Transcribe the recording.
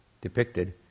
depicted